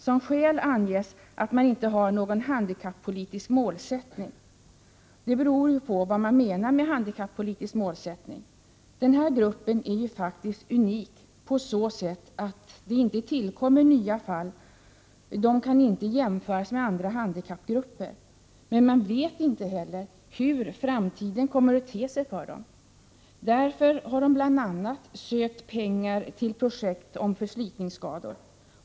Som skäl anges att föreningen inte har någon handikappolitisk målsättning. Det beror ju på vad man menar med handikappolitisk målsättning! Den här gruppen är faktiskt unik på så sätt att det inte tillkommer nya fall. Den kan därför inte jämföras med andra handikapp grupper. Men man vet inte heller hur framtiden kommer att te sig för Prot. 1988/89:9 medlemmarna i den här gruppen. Därför har man bl.a. sökt pengar till 13 oktober 1988 projekt om förslitningsskador.